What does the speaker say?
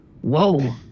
whoa